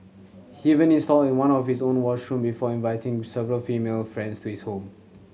he even installed in one of his own washroom before inviting several female friends to his home